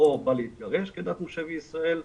או בא להתגרש כדת משה וישראל,